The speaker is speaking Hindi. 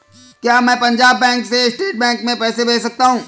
क्या मैं पंजाब बैंक से स्टेट बैंक में पैसे भेज सकता हूँ?